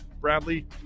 Bradley